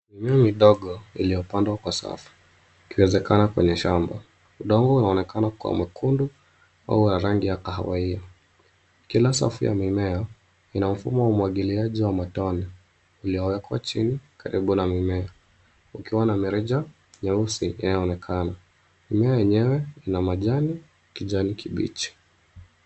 Mimea midogo iliyopandwa kwa safu ikiwezekana kwenye shamba. Udongo unaonekana kuwa mwekundu au wa rangi ya kahawia. Kila safu ya mimea ina mfumo wa umwagiliaji wa matone iliyowekwa chini karibu na mimea ikiwa na mirija nyeusi inayoonekana. Mimea yenyewe ina majani ya kijani kibichi.